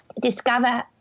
discover